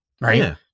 Right